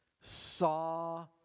saw